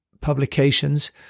publications